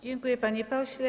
Dziękuję, panie pośle.